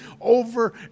over